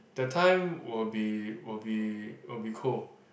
that time will be will be will be cold